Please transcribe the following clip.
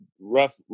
rough